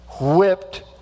whipped